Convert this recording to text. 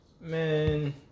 Man